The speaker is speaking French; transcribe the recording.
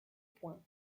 point